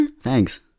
thanks